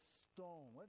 stone